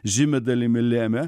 žymia dalimi lėmė